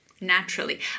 naturally